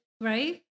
right